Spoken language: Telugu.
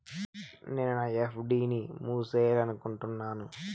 నేను నా ఎఫ్.డి ని మూసేయాలనుకుంటున్నాను